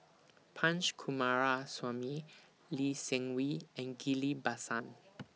Punch Coomaraswamy Lee Seng Wee and Ghillie BaSan